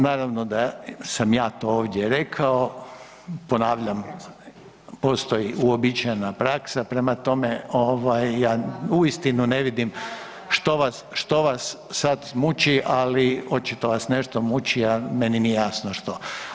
Naravno da sam ja to ovdje rekao, ponavljam postoji uobičajena praksa prema tome ja uistinu ne vidim što vas sada muči, ali očito vas nešto muči, a meni nije jasno što.